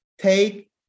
take